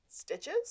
Stitches